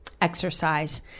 exercise